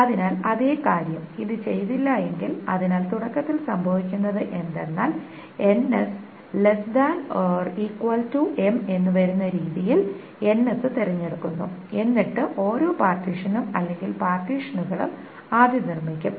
അതിനാൽ അതേ കാര്യം ഇത് ചെയ്തില്ലെങ്കിൽ അതിനാൽ തുടക്കത്തിൽ സംഭവിക്കുന്നത് എന്താണെന്നാൽ എന്ന് വരുന്ന രീതിയിൽ ns തിരഞ്ഞെടുക്കുന്നു എന്നിട്ട് ഓരോ പാർട്ടീഷനും അല്ലെങ്കിൽ പാർട്ടീഷനുകളും ആദ്യം നിർമ്മിക്കും